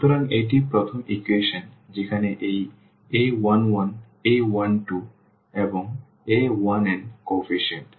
সুতরাং এটি প্রথম ইকুয়েশন যেখানে এই a11 a12 এবং a1n কোএফিসিয়েন্ট